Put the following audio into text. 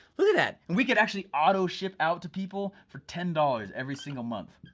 look at that. we could actually auto-ship out to people for ten dollars, every single month.